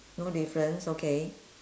no difference okay